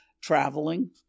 traveling